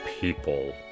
people